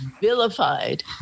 vilified